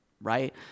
Right